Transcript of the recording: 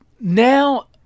now